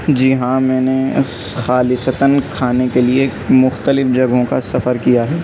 جی ہاں میں نے اس خالصتاََ کھانے کے لیے مختلف جگہوں کا سفر کیا ہے